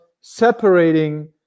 separating